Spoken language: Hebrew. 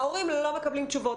ההורים לא מקבלים תשובות,